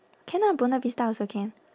can ah buona vista also can